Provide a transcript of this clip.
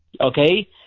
okay